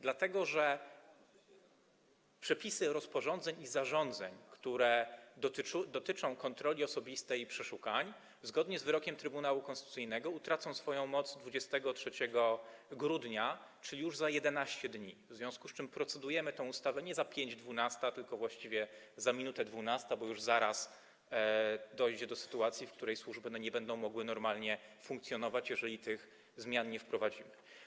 Dlatego że przepisy rozporządzeń i zarządzeń, które dotyczą kontroli osobistej i przeszukań, zgodnie z wyrokiem Trybunału Konstytucyjnego utracą swoją moc 23 grudnia, czyli już za 11 dni, w związku z czym procedujemy nad tą ustawą nie za pięć dwunasta, tylko właściwie za minutę dwunasta, bo już zaraz dojdzie do sytuacji, w której służby nie będą mogły normalnie funkcjonować, jeżeli tych zmian nie wprowadzimy.